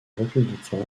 républicain